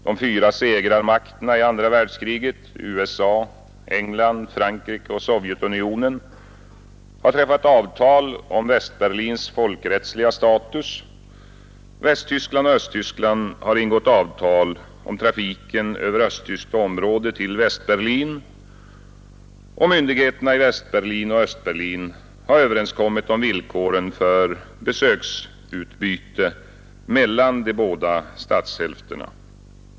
De fyra segrarmakterna i andra världskriget — USA, England, Frankrike och Sovjetunionen — har träffat avtal om Västberlins folkrättsliga status, Västtyskland och Östtyskland har ingått avtal om trafiken över östtyskt område till Västberlin och myndigheterna i Västberlin och Östberlin har överenskommit om villkoren för besöksutbyte mellan de båda stadshälfterna.